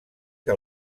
que